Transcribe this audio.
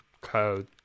code